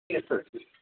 یس سر